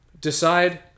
decide